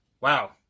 Wow